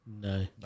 No